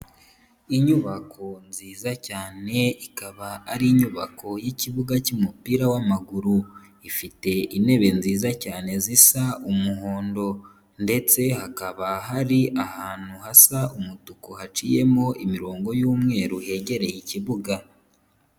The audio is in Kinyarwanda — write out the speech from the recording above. Inyubako nziza cyane ikaba ari inyubako y'ikibuga cy'umupira w'amaguru. Ifite intebe nziza cyane zisa umuhondo, ndetse hakaba hari ahantu hasa umutuku haciyemo imirongo y'umweru hegereye ikibuga.